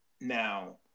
now